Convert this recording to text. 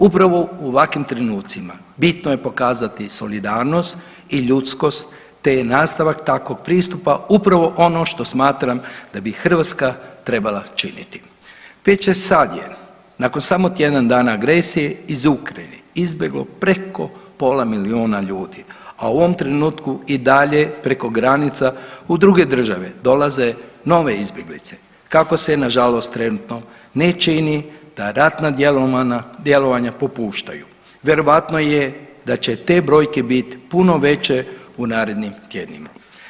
Upravo u ovakvim trenucima bitno je pokazati solidarnost i ljudskost, te je nastavak takvog pristupa upravo ono što smatram da bi Hrvatska trebala činiti, te će sad je nakon samo tjedan dana agresije iz Ukrajine izbjeglo preko pola milijuna ljudi, a u ovom trenutku i dalje preko granica u druge države dolaze nove izbjeglice kako se nažalost trenutno ne čini da ratna djelovanja popuštaju vjerojatno je da će te brojke bit puno veće u narednim tjednima.